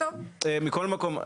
מכל מקום,